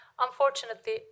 Unfortunately